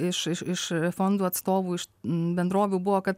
iš iš fondų atstovų iš bendrovių buvo kad